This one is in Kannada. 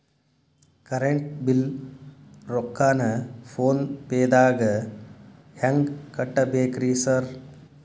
ಕರೆಂಟ್ ಬಿಲ್ ರೊಕ್ಕಾನ ಫೋನ್ ಪೇದಾಗ ಹೆಂಗ್ ಕಟ್ಟಬೇಕ್ರಿ ಸರ್?